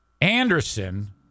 Anderson